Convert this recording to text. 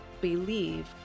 believe